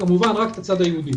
כמובן רק את הצד היהודי.